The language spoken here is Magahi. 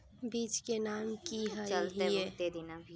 बीज के नाम की हिये?